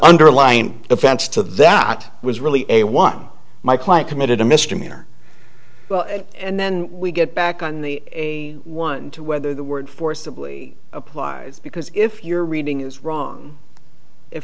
underlying offense to that was really a one my client committed a misdemeanor and then we get back on the one to whether the word forcibly applies because if your reading is wrong i